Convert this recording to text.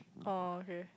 oh okay